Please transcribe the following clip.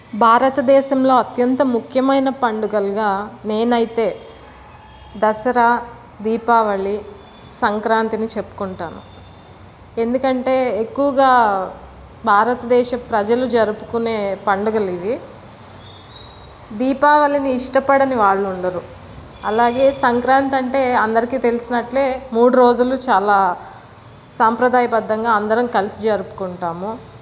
భారతదేశంలో అత్యంత ముఖ్యమైన పండుగలుగా నేనైతే దసరా దీపావళి సంక్రాంతిని చెప్పుకుంటాను ఎందుకంటే ఎక్కువగా భారతదేశ ప్రజలు జరుపుకునే పండుగలు ఇవి దీపావళిని ఇష్టపడని వాళ్ళు ఉండరు అలాగే సంక్రాంతి అంటే అందరికీ తెలిసినట్టే మూడు రోజులు చాలా సాంప్రదాయ బద్దంగా అందరం కలిసి జరుపుకుంటాము